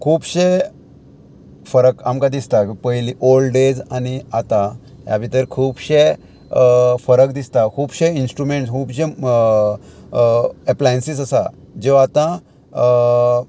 खुबशे फरक आमकां दिसता पयली ओल्ड एज आनी आतां ह्या भितर खुबशे फरक दिसता खुबशे इंस्ट्रुमेंट्स खुबशे एप्लायन्सीस आसा ज्यो आतां